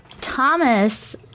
Thomas